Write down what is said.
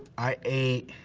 i ate.